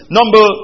Number